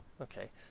okay